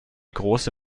große